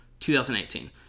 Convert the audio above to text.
2018